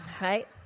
Right